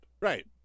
Right